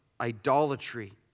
idolatry